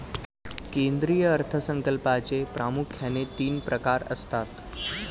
केंद्रीय अर्थ संकल्पाचे प्रामुख्याने तीन प्रकार असतात